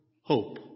hope